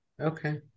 Okay